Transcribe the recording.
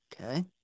Okay